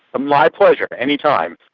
my pleasure. any time.